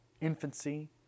infancy